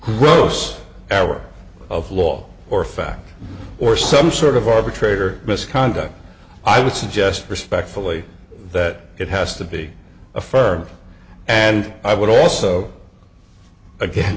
gross error of law or fact or some sort of arbitrator misconduct i would suggest respectfully that it has to be affirmed and i would also again